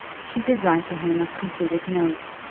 she did write to him a completed note,